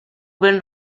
ben